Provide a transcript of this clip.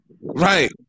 Right